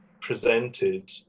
presented